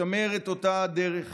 לשמר את אותה הדרך,